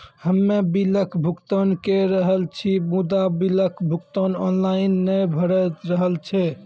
हम्मे बिलक भुगतान के रहल छी मुदा, बिलक भुगतान ऑनलाइन नै भऽ रहल छै?